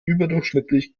überdurchschnittlich